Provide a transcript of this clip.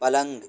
پلنگ